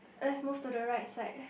let's move to the right side